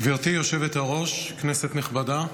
גברתי היושבת-ראש, כנסת נכבדה,